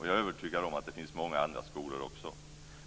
Jag är övertygad om att det finns många andra bra skolor också.